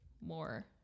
more